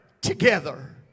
together